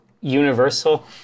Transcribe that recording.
universal